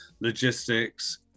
logistics